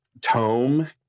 tome